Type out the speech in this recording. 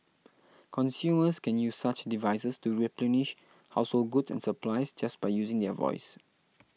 consumers can use such devices to replenish household goods and supplies just by using their voice